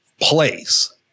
place